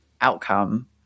outcome